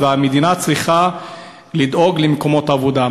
והמדינה צריכה לדאוג למקומות עבודה.